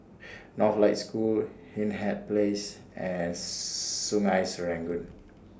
Northlight School Hindhede Place and Sungei Serangoon